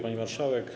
Pani Marszałek!